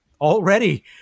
already